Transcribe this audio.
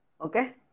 Okay